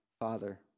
Father